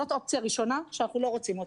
זאת אופציה ראשונה שאנחנו לא רוצים אותה.